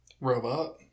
Robot